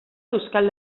euskal